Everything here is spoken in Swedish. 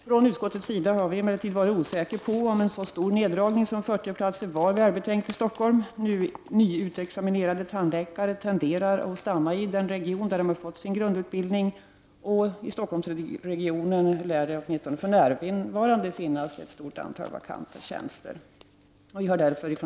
Från utskottets sida har vi emellertid varit osäkra på om en så stor neddragning som 40 platser var välbetänkt i Stockholm. Nyutexaminerade tandläkare tenderar att stanna i den region där de fått sin grundutbildning, och i Stockholmsregionen finns åtminstone för närvarande ett stort antal vakanta tjänster.